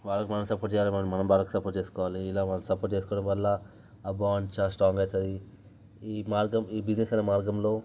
వాళ్ళకు మనం సపోర్ట్ చేయాలి మళ్ళీ మనం వాళ్ళకి సపోర్ట్ చేసుకోవాలి ఇలా మనం సపోర్ట్ చేసుకోవడం వల్ల ఆ బాండ్ చాలా స్ట్రాంగ్ అవుతుంది ఈ మార్గం ఈ బిజినెస్ అనే మార్గంలో